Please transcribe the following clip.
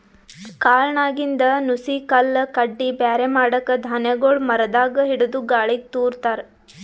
ಕಾಳ್ನಾಗಿಂದ್ ನುಸಿ ಕಲ್ಲ್ ಕಡ್ಡಿ ಬ್ಯಾರೆ ಮಾಡಕ್ಕ್ ಧಾನ್ಯಗೊಳ್ ಮರದಾಗ್ ಹಿಡದು ಗಾಳಿಗ್ ತೂರ ತಾರ್